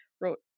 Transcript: wrote